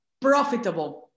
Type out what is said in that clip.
profitable